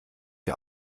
der